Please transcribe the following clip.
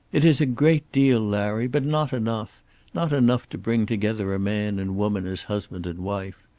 it is a great deal, larry, but not enough not enough to bring together a man and woman as husband and wife.